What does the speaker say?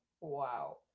wow